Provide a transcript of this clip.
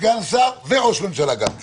סגן שר וראש ממשלה גם כן,